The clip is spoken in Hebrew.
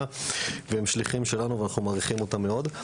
והם שליחים שלנו ואנחנו מעריכים אותם מאוד.